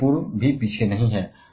मध्य पूर्व भी पीछे नहीं है